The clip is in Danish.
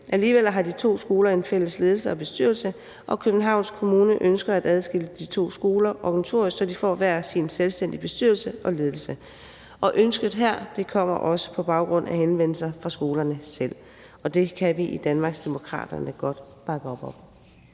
Alligevel har de to skoler en fælles ledelse og bestyrelse, og Københavns Kommune ønsker at adskille de to skoler organisatorisk, så de får hver sin selvstændige bestyrelse og ledelse. Ønsket her kommer også på baggrund af henvendelser fra skolerne selv, og det kan vi i Danmarksdemokraterne godt bakke op om.